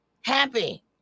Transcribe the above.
happy